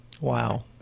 Wow